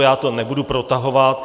Já to nebudu protahovat.